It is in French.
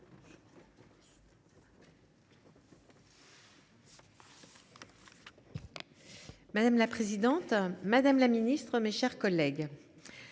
Madame la présidente, madame la ministre, mes chers collègues,